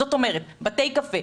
זאת אומרת בתי קפה,